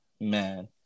man